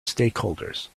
stakeholders